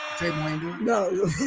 no